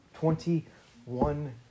Twenty-one